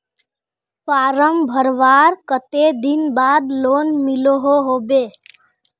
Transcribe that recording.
Form भरवार कते दिन बाद लोन मिलोहो होबे?